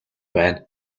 байна